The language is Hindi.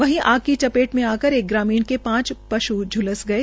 वहीं आग की चप्रेट में आकर एक ग्रामीण के शांच श् झूलस गये